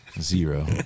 Zero